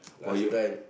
last time